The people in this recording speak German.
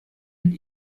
mit